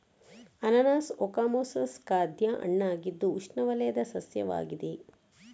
ಅನಾನಸ್ ಓಕಮೊಸಸ್ ಖಾದ್ಯ ಹಣ್ಣಾಗಿದ್ದು ಉಷ್ಣವಲಯದ ಸಸ್ಯವಾಗಿದೆ